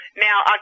Now